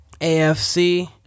AFC